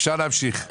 אפשר להמשיך.